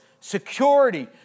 security